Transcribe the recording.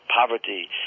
poverty